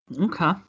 Okay